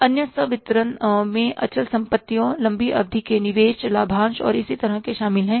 अन्य संवितरणों में अचल संपत्तियों लंबी अवधि के निवेश लाभांश और इसी तरह के शामिल है